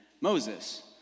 Moses